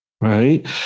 Right